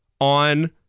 on